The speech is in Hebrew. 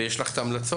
ויש לך את ההמלצות?